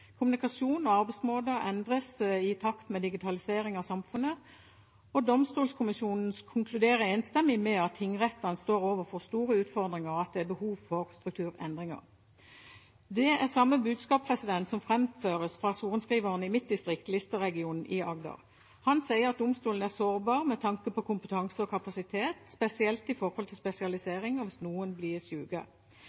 Kommunikasjon og arbeidsmåter endres i takt med digitalisering av samfunnet. Domstolkommisjonen konkluderer enstemmig med at tingrettene står overfor store utfordringer, og at det er behov for strukturendringer. Det er samme budskap som framføres fra sorenskriveren i mitt distrikt, Lister-regionen i Agder. Han sier at domstolen er sårbar med tanke på kompetanse og kapasitet, spesielt